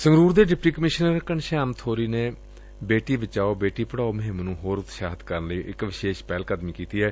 ਸੰਗਰੁਰ ਦੇ deputy commissioner Ghanshyam Bori ਨੇ ਬੇਟੀ ਬਚਾਓ ਬੇਟੀ ਪੜਾਓ ਮੁਹਿੰਮ ਨੂੰ ਹੋਰ ਉਤਸ਼ਾਹਿਤ ਕਰਨ ਲਈ ਇਕ ਵਿਸ਼ੇਸ਼ ਪਹਿਲਕਦਮੀ ਕੀਤੀ ਏ